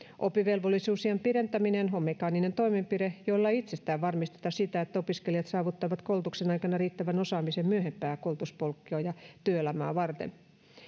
oppivelvollisuusiän pidentäminen on mekaaninen toimenpide jolla ei itsestään varmisteta sitä että opiskelijat saavuttavat koulutuksen aikana riittävän osaamisen myöhempää koulutuspolkua ja työelämää varten